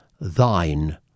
thine